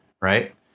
right